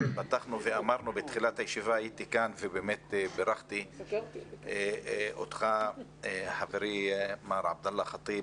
בתחילת הישיבה הייתי כאן ובירכתי אותך חברי מר עבדאללה חטיב